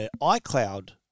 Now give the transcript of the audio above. iCloud